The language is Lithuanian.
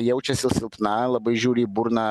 jaučiasi silpna labai žiūri į burną